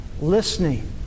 listening